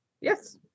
yes